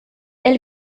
elle